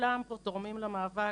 וכולם פה תורמים למאבק,